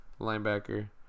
Linebacker